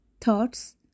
thoughts